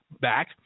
back